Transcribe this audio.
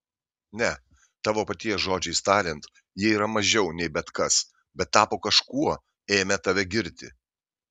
ne tavo paties žodžiais tariant jie yra mažiau nei bet kas bet tapo kažkuo ėmę tave girti